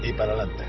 but i let